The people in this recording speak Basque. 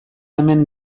hemen